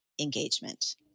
engagement